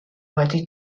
wedi